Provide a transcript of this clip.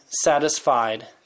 satisfied